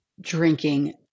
drinking